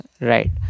right